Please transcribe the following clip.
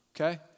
Okay